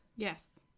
Yes